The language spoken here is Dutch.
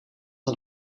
een